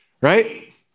right